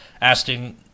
asking